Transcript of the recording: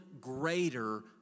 greater